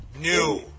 new